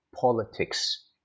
politics